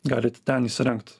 galit ten įsirengt